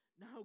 Now